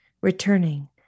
returning